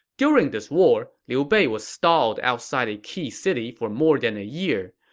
during this war, liu bei was stalled outside a key city for more than a year.